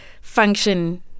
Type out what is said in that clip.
function